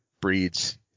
breeds